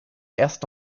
erst